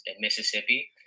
Mississippi